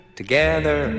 together